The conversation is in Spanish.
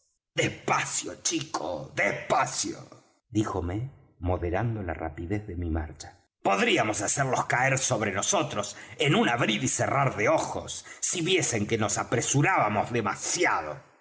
despacio chico despacio díjome moderando la rapidez de mi marcha podríamos hacerlos caer sobre nosotros en un abrir y cerrar de ojos si viesen que nos apresurábamos demasiado